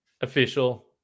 official